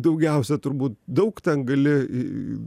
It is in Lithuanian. daugiausia turbūt daug ten gali